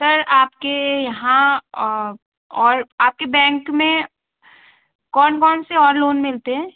sir आपके यहाँ और आपके बैंक में कौन कौन से और लोन मिलते हैं